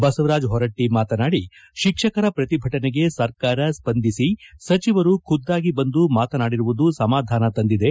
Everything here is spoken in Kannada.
ಬಸವರಾಜ ಹೊರಟ್ಟ ಮಾತನಾಡಿ ಶಿಕ್ಷಕರ ಪ್ರತಿಭಟನೆಗೆ ಸರ್ಕಾರ ಸ್ವಂದಿಸಿ ಸಚಿವರು ಖುದ್ದಾಗಿ ಬಂದು ಮಾತನಾಡಿರುವುದು ಸಮಾಧಾನ ತಂದಿದೆ